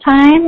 time